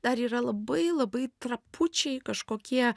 dar yra labai labai trapučiai kažkokie